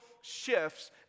shifts